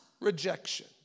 rejection